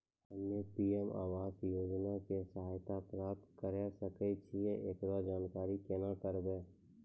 हम्मे पी.एम आवास योजना के सहायता प्राप्त करें सकय छियै, एकरो जानकारी केना करबै?